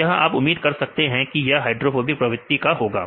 तो यह आप उम्मीद कर सकते हैं कि यह हाइड्रोफोबिक प्रवृत्ति का होगा